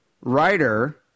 writer